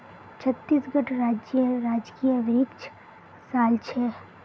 छत्तीसगढ़ राज्येर राजकीय वृक्ष साल छे